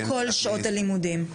כל שעות הלימודים.